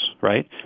right